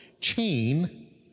chain